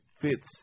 fits